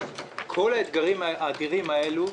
כל האתגרים האדירים האלה,